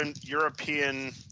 European